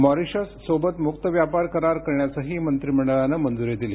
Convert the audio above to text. मॉरिशससोबत मुक्त व्यापार करार करण्यासही मंत्रीमंडळानं मंजुरी दिली